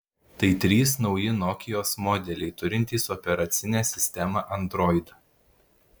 tai trys nauji nokios modeliai turintys operacinę sistemą android